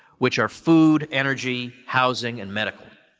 which are food, energy, housing, and medical.